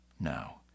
now